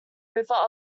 river